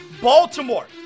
Baltimore